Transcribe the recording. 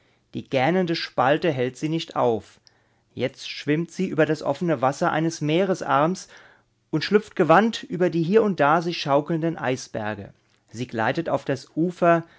die gähnende spalte hält sie nicht auf jetzt schwimmt sie über das offene wasser eines meeresarms und schlüpft gewandt über die hier und da sich schaukelnden eisberge sie gleitet auf das ufer